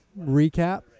Recap